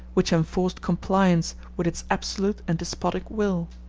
which enforced compliance with its absolute and despotic will.